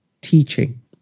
teaching